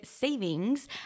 savings